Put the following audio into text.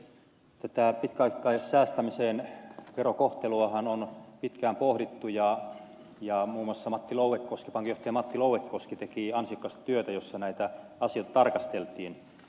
tätä pitkäaikaissäästämisen verokohteluahan on pitkään pohdittu ja muun muassa pankinjohtaja matti louekoski teki ansiokasta työtä jossa näitä asioita tarkasteltiin